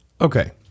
Okay